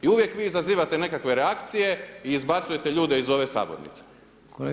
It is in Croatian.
I uvijek vi izazivate nekakve reakcije i izbacujete ljude iz ove sabornice.